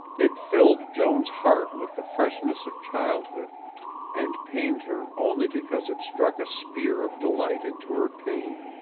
it filled joan's heart with the freshness of childhood and pained her only because it struck a spear of delight into her pain.